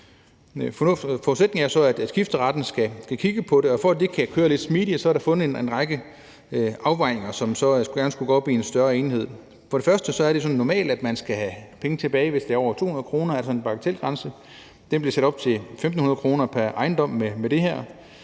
Forudsætningen er så, at skifteretten skal kigge på det, og for at det kan køre lidt smidigt, er der fundet en række afvejninger sted, som så gerne skulle føre til, at det hele går op i en højere enhed. For det første er det sådan normalt, at man skal have penge tilbage, hvis det er over 200 kr., der er altså tale om en bagatelgrænse, men den bliver sat op til 1.500 kr. pr. ejendom med det her.